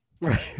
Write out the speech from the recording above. right